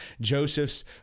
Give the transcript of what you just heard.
Joseph's